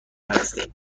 هستیم